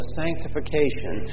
sanctification